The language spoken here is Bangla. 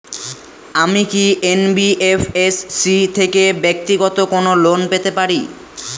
আমি কি এন.বি.এফ.এস.সি থেকে ব্যাক্তিগত কোনো লোন পেতে পারি?